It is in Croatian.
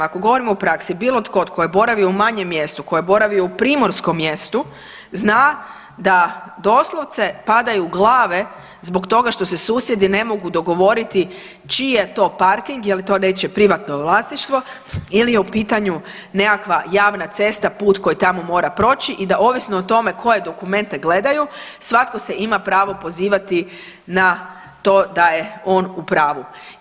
Ako govorimo o praksi, bilo tko tko je boravio u manjem mjestu, tko je boravio u primorskom mjestu zna da doslovce padaju glave zbog toga što se susjedi ne mogu dogovoriti čiji je to parking, je li to nečije privatno vlasništvo ili je u pitanju nekakva javna cesta, put koji tamo mora proći i da ovisno o tome koje dokumente gledaju svatko se ima pravo pozivati na to da je on u pravu.